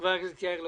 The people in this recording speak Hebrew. חבר הכנסת יאיר לפיד.